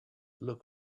look